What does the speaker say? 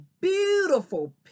beautiful